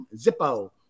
Zippo